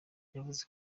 yavuze